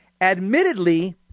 Admittedly